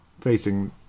facing